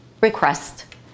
request